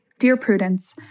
dear prudence.